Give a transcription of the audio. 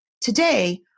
Today